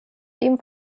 ihm